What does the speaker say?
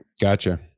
Gotcha